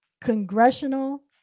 congressional